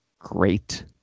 great